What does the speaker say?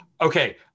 okay